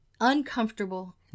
uncomfortable